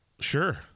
Sure